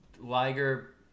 Liger